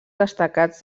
destacats